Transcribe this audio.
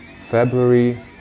February